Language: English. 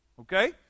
Okay